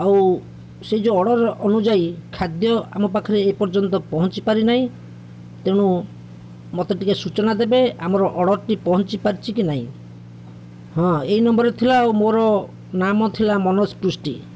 ଆଉ ସେ ଯୋଉ ଅର୍ଡ଼ର୍ ଅନୁଯାଇ ଖାଦ୍ୟ ଆମ ପାଖରେ ଏପର୍ଯ୍ୟନ୍ତ ପହଁଞ୍ଚିପାରି ନାହିଁ ତେଣୁ ମୋତେ ଟିକେ ସୂଚନା ଦେବେ ଆମର ଅର୍ଡ଼ର୍ଟି ପହଞ୍ଚିି ପାରିଛି କି ନାହିଁ ହଁ ଏଇ ନମ୍ବର୍ ଥିଲା ଆଉ ମୋର ନାମ ଥିଲା ମନୋଜ ପୃଷ୍ଟି